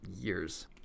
years